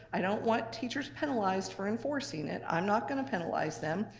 i don't want teachers penalized for enforcing it, i'm not gonna penalize them.